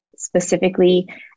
specifically